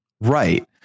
Right